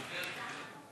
רשימה.